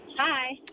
Hi